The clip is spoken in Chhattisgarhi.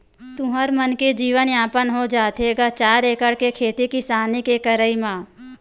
तुँहर मन के जीवन यापन हो जाथे गा चार एकड़ के खेती किसानी के करई म?